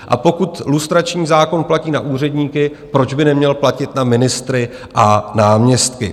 A pokud lustrační zákon platí na úředníky, proč by neměl platit na ministry a náměstky?